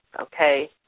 okay